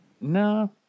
No